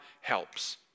helps